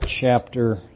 chapter